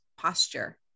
Posture